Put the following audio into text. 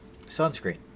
Sunscreen